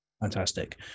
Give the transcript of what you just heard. Fantastic